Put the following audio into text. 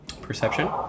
Perception